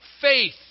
faith